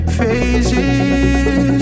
phases